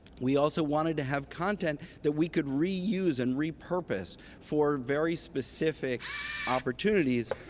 we also want to have content that we could reuse and repurpose for very specific opportunities,